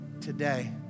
today